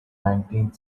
nineteenth